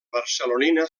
barcelonina